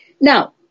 Now